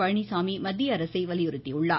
பழனிசாமி மத்திய அரசை வலியுறுத்தியுள்ளார்